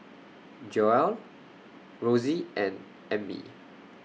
Joelle Rossie and Ammie